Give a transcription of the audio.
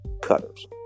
Cutters